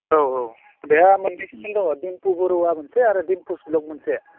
औ औ बेहा मोननै चेनेल दङ डिम्पु बरुवा मोनसे आरो डिम्पुस भ्लग मोनसे